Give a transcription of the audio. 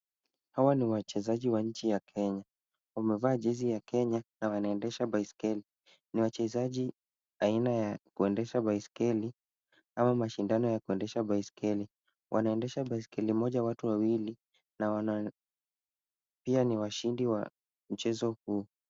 Hawa ni wachezaji wa nchi ya Kenya, wamevaa jezi ya kenya na wanaendesha baiskeli. Ni wachezaji aina ya kuendesha baiskeli, ama mashindano ya kuendesha basikeli. Wanaendesha baiskeli moja watu wawili na wana pia ni washindi wa a mchezo huu.